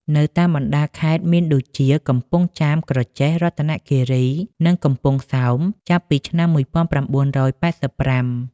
នៅតាមបណ្តាខេត្តមានដូចជា កំពង់ចាម ក្រចេះ រតនគិរី និងកំពង់សោម ចាប់ពីឆ្នាំ១៩៨៥។